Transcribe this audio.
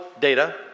data